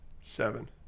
Seven